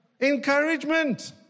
Encouragement